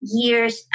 years